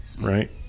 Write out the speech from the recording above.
right